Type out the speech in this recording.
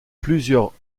plusieurs